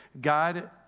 God